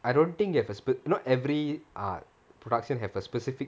I don't think you have a spe~ not every err production have a specific